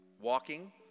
walking